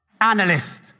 Analyst